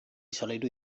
solairu